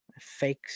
Fake